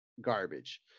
garbage